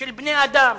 של בני-האדם,